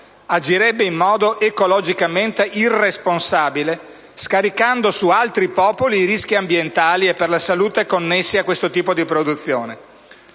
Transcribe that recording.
agirebbe in modo ecologicamente irresponsabile, scaricando su altri popoli i rischi ambientali e per la salute connessi a questo tipo di produzione.